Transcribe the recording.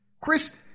Chris